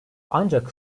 ancak